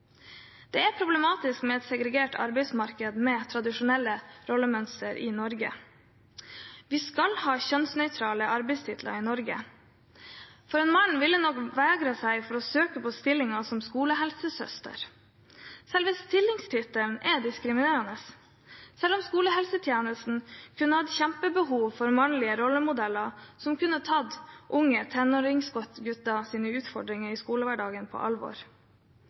problematisk med et segregert arbeidsmarked med tradisjonelle rollemønstre i Norge. Vi skal ha kjønnsnøytrale arbeidstitler i Norge. En mann ville nok vegret seg for å søke på stillingen som skolehelsesøster. Selve stillingstittelen er diskriminerende – skolehelsetjenesten kunne hatt kjempebehov for mannlige rollemodeller, som kunne tatt unge tenåringsgutters utfordringer i skolehverdagen på alvor.